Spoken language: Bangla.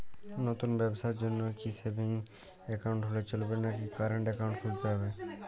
নতুন ব্যবসার জন্যে কি সেভিংস একাউন্ট হলে চলবে নাকি কারেন্ট একাউন্ট খুলতে হবে?